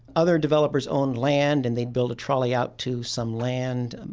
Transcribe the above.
other developers own land and they build a trolley out to some land,